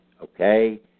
okay